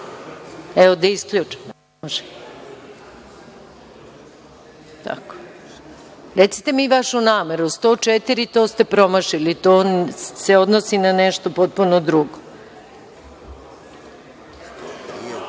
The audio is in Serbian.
Evo, da isključim. Recite mi vašu nameru. Član 104, to ste promašili. To se odnosi na nešto potpuno drugo.